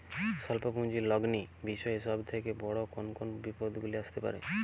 স্বল্প পুঁজির লগ্নি বিষয়ে সব থেকে বড় কোন কোন বিপদগুলি আসতে পারে?